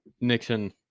Nixon